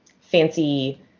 fancy